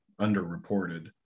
underreported